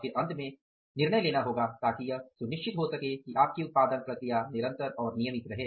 और फिर अंत में निर्णय लेना होगा ताकि यह सुनिश्चित हो सके कि आपकी उत्पादन प्रक्रिया निरंतर और नियमित रहे